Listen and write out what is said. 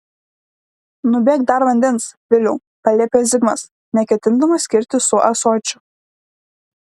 nubėk dar vandens viliau paliepė zigmas neketindamas skirtis su ąsočiu